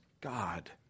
God